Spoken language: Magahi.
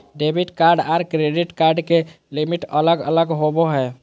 डेबिट कार्ड आर क्रेडिट कार्ड के लिमिट अलग अलग होवो हय